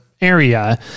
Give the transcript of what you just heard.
Area